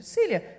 Celia